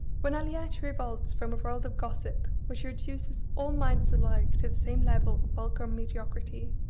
when aliette revolts from a world of gossip, which reduces all minds alike to the same level of vulgar mediocrity,